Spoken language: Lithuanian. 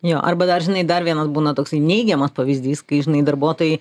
jo arba dar žinai dar vienas būna toksai neigiamas pavyzdys kai žinai darbuotojai